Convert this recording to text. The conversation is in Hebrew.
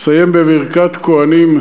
נסיים בברכת הכוהנים,